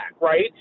right